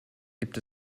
gibt